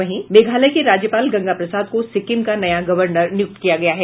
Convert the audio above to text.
वहीं मेघालय के राज्यपाल गंगा प्रसाद को सिक्किम का नया गवर्नर नियुक्त किया गया है